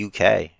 UK